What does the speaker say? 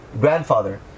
grandfather